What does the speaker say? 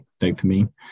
dopamine